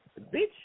Bitch